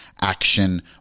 action